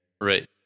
Right